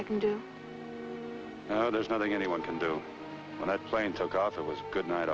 i can do now there's nothing anyone can do when i plane took off it was goodnight